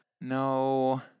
No